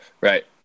Right